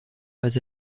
pas